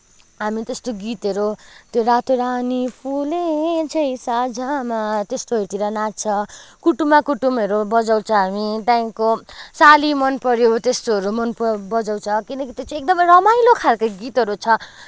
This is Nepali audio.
हामी त्यस्तो गीतहरू त्यो रातो रानी फुले झैँ साँझमा त्यस्तोहरूतिर नाच्छ कुटुमा कुटुहरू बजाउँछ हामी त्यहाँदेखिको साली मनपऱ्यो त्यस्तोहरू मन पर बजाउँछ किनकि त्यो चाहिँ एकदमै रमाइलो खालको गीतहरू छ